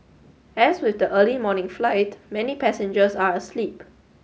as with the early morning flight many passengers are asleep